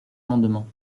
amendement